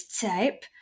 type